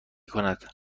کند